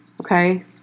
okay